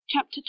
chapter